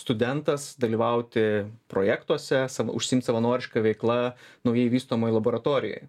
studentas dalyvauti projektuose savo užsiimt savanoriška veikla naujai vystomoj laboratorijoj